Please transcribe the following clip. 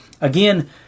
again